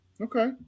Okay